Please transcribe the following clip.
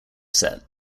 set